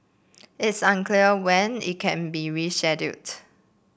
it's unclear when it can be rescheduled